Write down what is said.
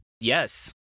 Yes